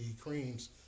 creams